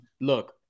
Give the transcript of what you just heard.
Look